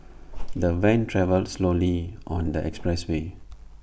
the van travelled slowly on the expressway